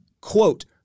quote